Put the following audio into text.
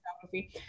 photography